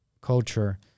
culture